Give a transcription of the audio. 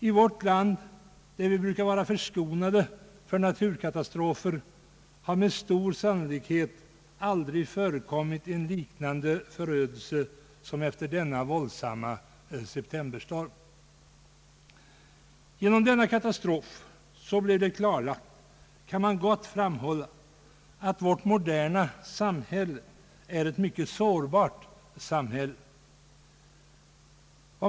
I vårt land, som brukar vara förskonat från naturkatastrofer, har med stor sannolikhet aldrig förekommit en sådan förödelse som efter denna våldsamma storm. Genom denna katastrof blev det klarlagt att vårt moderna samhälle är mycket sårbart.